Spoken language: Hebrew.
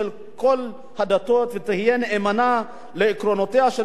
ותהיה נאמנת לעקרונותיה של מגילת האומות המאוחדות.